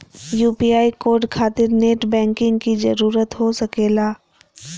UPI code खातिर net banking की जरूरत हो सके ला?